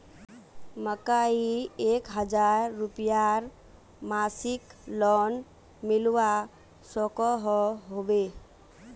मकईर एक हजार रूपयार मासिक लोन मिलवा सकोहो होबे?